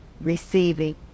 receiving